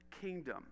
kingdom